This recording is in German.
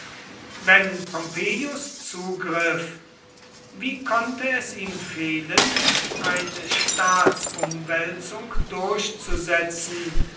wenn pompeius zugriff wie konnte es ihm fehlen eine staatsumwälzung durchzusetzen